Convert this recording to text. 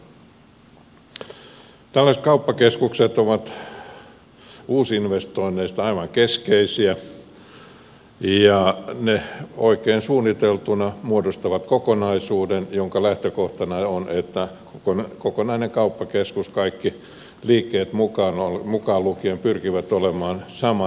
tällaiset kauppakeskukset ovat uusinvestoinneista aivan keskeisiä ja oikein suunniteltuina ne muodostavat kokonaisuuden jonka lähtökohtana on että kokonainen kauppakeskus kaikki liikkeet mukaan lukien pyrkii samaan aukioloaikaan